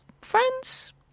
friends